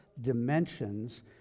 dimensions